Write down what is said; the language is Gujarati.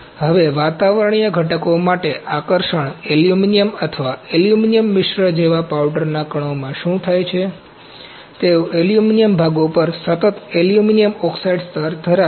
હવે વાતાવરણીય ઘટકો માટે આકર્ષણ એલ્યુમિનિયમ અથવા એલ્યુમિનિયમ મિશ્ર જેવા પાવડર કણોમાં શું થાય છે તેઓ એલ્યુમિનિયમ ભાગો પર સતત એલ્યુમિનિયમ ઓક્સાઇડ સ્તર ધરાવે છે